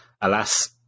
alas